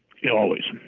yeah always.